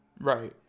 Right